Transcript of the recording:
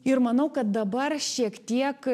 ir manau kad dabar šiek tiek